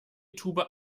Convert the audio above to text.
tube